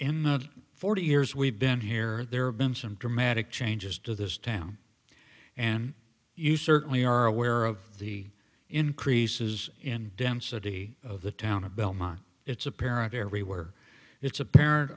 the forty years we've been here there have been some dramatic changes to this town and you certainly are aware of the increases in density of the town of belmont it's apparent everywhere it's apparent